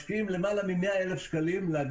משקיעים למעלה מ-100,000 שקלים להביא